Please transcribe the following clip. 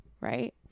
right